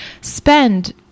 spend